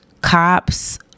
cops